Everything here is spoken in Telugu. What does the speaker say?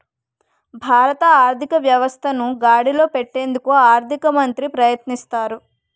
భారత ఆర్థిక వ్యవస్థను గాడిలో పెట్టేందుకు ఆర్థిక మంత్రి ప్రయత్నిస్తారు